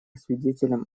свидетелем